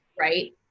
right